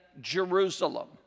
Jerusalem